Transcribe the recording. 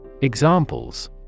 Examples